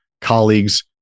colleagues